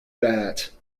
that